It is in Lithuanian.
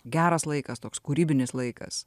geras laikas toks kūrybinis laikas